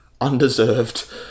undeserved